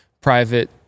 private